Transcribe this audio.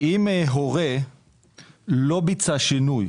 אם הורה לא ביצע שינוי